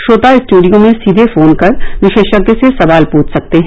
श्रोता स्टूडियो में सीधे फोन कर विशेषज्ञ से सवाल पूछ सकते हैं